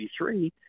1983